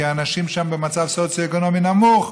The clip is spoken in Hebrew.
כי האנשים שם במצב סוציו-אקונומי נמוך,